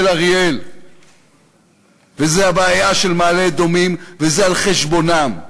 אריאל וזה הבעיה של מעלה-אדומים וזה על חשבונם.